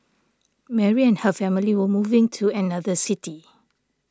Mary and her family were moving to another city